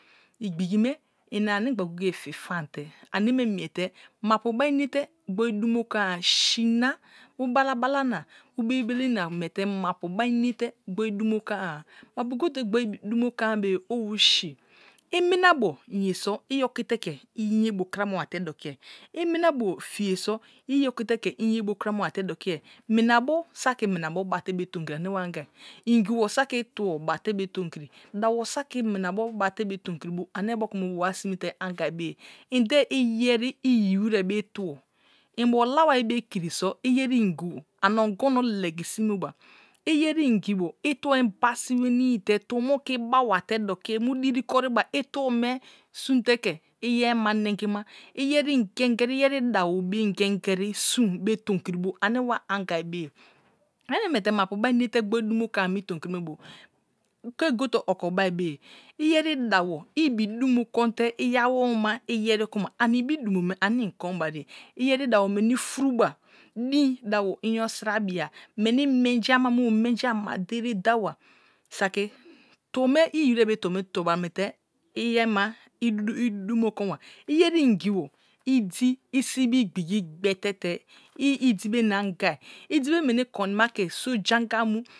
Igbigi me i ani gba goye goye fi fom te ane me miete mapu baru mate gbon damo lasa a si na bu bala bala na bu belibeli na milte mapu bai une te gbon chimo hoava, mapu gote gbir chime thoa a be ye owu si̱. Iminabo ye so yoki te ke luye bu krama wate dokie, emmina bo faye so̱ i okite ke enye bu trama wa te dokie mmabs saki minabo bate me tomkri saki tuo bate anari, ingiwo be tomari dawo saka minabo bate be tomkiri bu ane boka me bo wa sinie te angai beye indé iyeri iyi wire be tno mbo kwas be kinso yen ingiwo we ongono legisime wa, layer megilor tuo and mbasi wenii te tus me oki bawa te dokse mu diri horiba etno me sum te ke yeri ma wengi wman yer ingen gen lyer dawa be ingerigen sun be tomkri bu dabo bichumo konte i awoma ande wa angar beye. Ane miete ma pu bai inete gooi dumo kua-a mi tom-ari me bu, ke gute oko ban be ye ayen iyeri tu ma ans ibi durus ane intron bange yen datbo menos furne ba din dabo myo sura bin meni menji ãmã me bu meryi ama da éré da wa saki tno me iyi wiré be tno me tobra miete nyeni ma idumo konba, iyeri mgibo idi isibi igbigi gbete te i idibe ana anga idi be meni koinama ke so jeain anga mu.